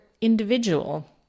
individual